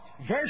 verse